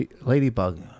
Ladybug